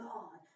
God